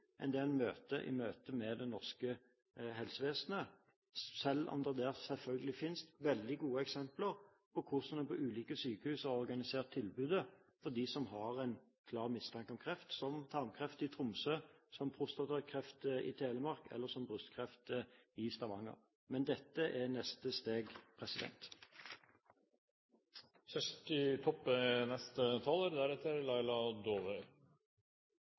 enn den man møter i det norske helsevesenet, selv om det der selvfølgelig finnes veldig gode eksempler på hvordan man på ulike sykehus har organisert tilbudet for de pasientene der man har en klar mistanke om kreft – som tarmkreft i Tromsø, som prostatakreft i Telemark eller som brystkreft i Stavanger. Men dette er neste steg.